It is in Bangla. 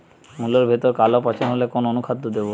মুলোর ভেতরে কালো পচন হলে কোন অনুখাদ্য দেবো?